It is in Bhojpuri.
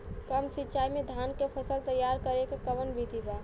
कम सिचाई में धान के फसल तैयार करे क कवन बिधि बा?